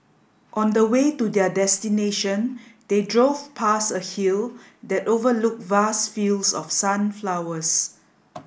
on the way to their destination they drove past a hill that overlooked vast fields of sunflowers